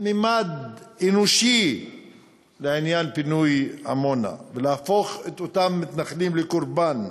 ממד אנושי לעניין פינוי עמונה ולהפוך את אותם מתנחלים לקורבן.